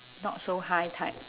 not so high type